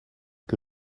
que